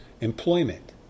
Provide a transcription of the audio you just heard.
employment